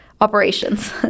operations